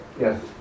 Yes